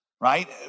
right